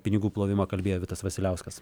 pinigų plovimą kalbėjo vitas vasiliauskas